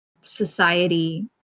society